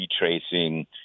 retracing